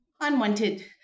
unwanted